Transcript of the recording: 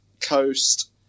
coast